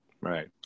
Right